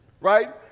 right